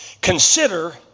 consider